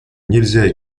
нельзя